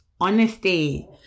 honesty